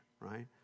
right